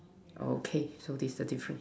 okay so this is the difference